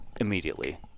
immediately